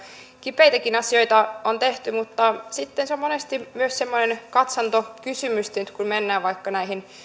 kipeitäkin asioita on tehty mutta sitten se on monesti myös semmoinen katsantokysymys tietysti kun mennään vaikka näihin